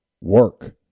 work